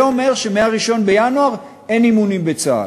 זה אומר שמ-1 בינואר אין אימונים בצה"ל.